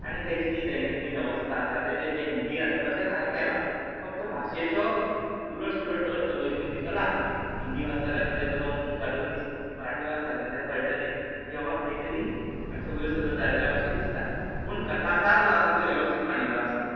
आनी तेची जी दैनंदीन अवस्था आसा ताचें जें हिंदीन आसा तशेंच हांगा केलां फक्त भाशेचो उलट सुलट अर्थ मदीं मदींचो लागना हिंदी वाचतल्याक जेन्ना जो एकादो मनीस मराठी वाचता तेन्ना तेका कळटा की बाबा खंय तरी मातशे वयर सकयल जालेल्या भशेन दिसता पूण कथासार जो आसा तो वेवस्थीत मांडिल्लो आसा